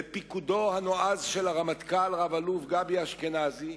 בפיקודו הנועז של הרמטכ"ל רב-אלוף גבי אשכנזי,